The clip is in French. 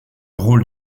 rôle